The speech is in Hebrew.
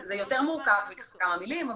זה יותר מורכב מכמה מילים.